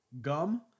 gum